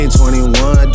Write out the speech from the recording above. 21